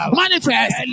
manifest